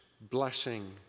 blessing